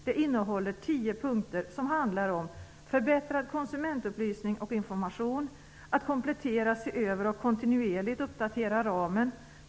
Det innehåller tio punkter som handlar om förbättrad konsumentupplysning och information och att man skall komplettera, se över och kontinuerligt uppdatera ramen.